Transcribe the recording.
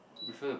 refill